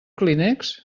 clínex